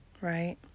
Right